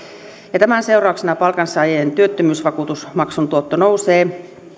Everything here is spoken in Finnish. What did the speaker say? ja tämän seurauksena palkansaajien työttömyysvakuutusmaksun tuotto nousee